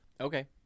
Okay